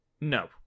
No